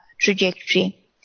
trajectory